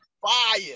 fire